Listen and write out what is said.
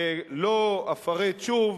ולא אפרט שוב,